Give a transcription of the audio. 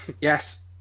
Yes